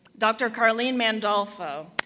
dr. carleen mandolfo.